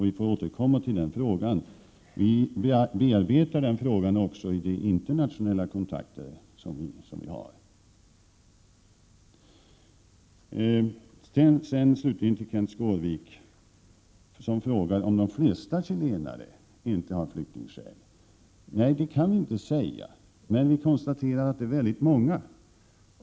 Vi får återkomma till frågan, och vi bearbetar den också i de internationella kontakter som vi har. Kenth Skårvik frågar om de flesta chilenare inte har flyktingskäl. Nej, vi kan inte säga det. Men vi kan säga att det är väldigt många.